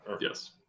Yes